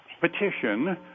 petition